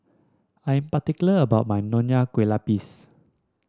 I am particular about my Nonya Kueh Lapis